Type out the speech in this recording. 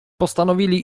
postanowili